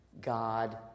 God